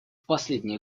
последние